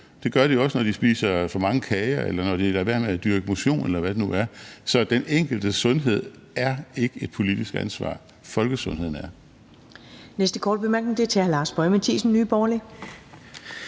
Det gør de også, når de spiser for mange kager, eller når de lader være med at dyrke motion, eller hvad det nu er. Den enkeltes sundhed er ikke et politisk ansvar – folkesundheden er.